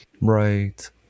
Right